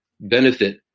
benefit